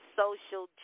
social